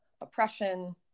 oppression